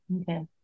Okay